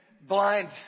blind